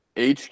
HQ